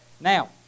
Now